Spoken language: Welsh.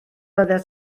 oeddet